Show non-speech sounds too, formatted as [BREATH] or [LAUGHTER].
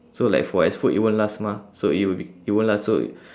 so like for as food it won't last mah so it would be it won't last so [BREATH]